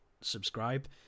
subscribe